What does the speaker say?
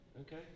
Okay